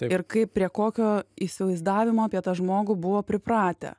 ir kaip prie kokio įsivaizdavimo apie tą žmogų buvo pripratę